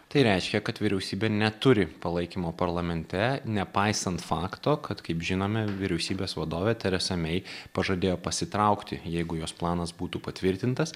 tai reiškia kad vyriausybė neturi palaikymo parlamente nepaisant fakto kad kaip žinome vyriausybės vadovė teresa mei pažadėjo pasitraukti jeigu jos planas būtų patvirtintas